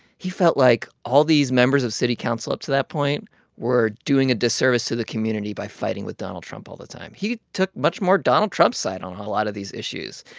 he felt like all these members of city council up to that point were doing a disservice to the community by fighting with donald trump all the time. he took much more donald trump's side on a lot of these issues.